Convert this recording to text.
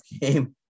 game